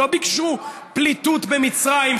לא ביקשו פליטוּת במצרים,